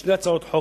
בשתי הצעות חוק,